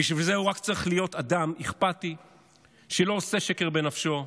בשביל זה הוא רק צריך להיות אדם אכפתי שלא עושה שקר בנפשו,